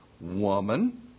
Woman